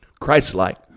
Christ-like